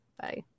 Bye